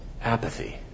apathy